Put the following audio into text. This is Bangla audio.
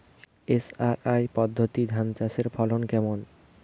এস.আর.আই পদ্ধতি ধান চাষের ফলন কেমন?